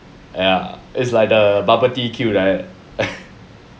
ya it's like the bubble tea queue right